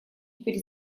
перед